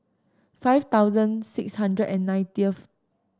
five thousand six hundred and nineteenth